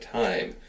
time